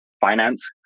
finance